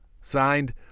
Signed